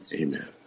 Amen